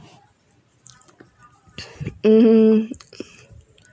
mmhmm